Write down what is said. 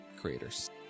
creators